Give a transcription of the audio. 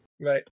Right